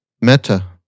meta